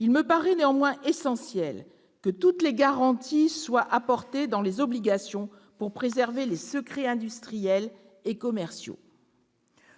Il me paraît néanmoins essentiel que toutes les garanties soient apportées afin de préserver les secrets industriels et commerciaux.